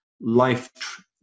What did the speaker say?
life